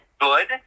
good